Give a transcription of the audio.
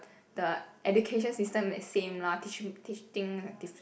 the education system is same lah teach teach thing like diff~